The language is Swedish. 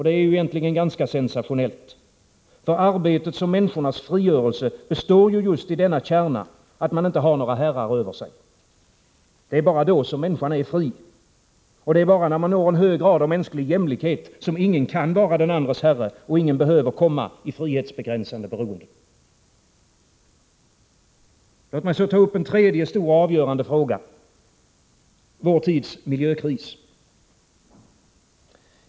Det är ju egentligen ganska sensationellt — för arbetets och människornas frigörelse består ju just i denna kärna: att man inte har några herrar över sig. Det är bara då människan är fri. Och det är bara när man når en hög grad av mänsklig jämlikhet som ingen kan vara den andres herre och ingen behöver komma i frihetsbegränsande beroende. Låt mig ta upp en tredje stor och avgörande fråga: Vår tids miljökris.